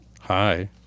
hi